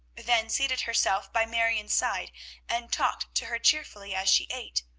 then seated herself by marion's side and talked to her cheerfully as she ate.